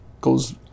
goes